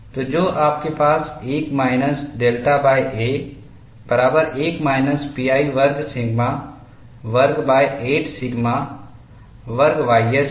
तो जो आपके पास 1 माइनस डेल्टाa बराबर 1 माइनस pi वर्ग सिग्मा वर्ग 8 सिग्मा वर्ग ys है